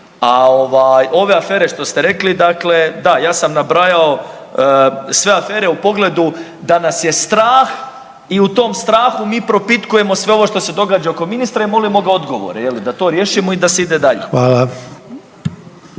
ove afere što ste rekli, dakle da ja sam nabrajao sve afere u pogledu da nas je strah i u tom strahu mi propitkujemo sve ovo što se događa oko ministra i molimo ga odgovore je li da to riješimo i da se ide dalje.